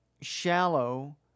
shallow